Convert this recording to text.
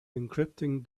encrypting